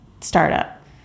startup